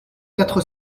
quatre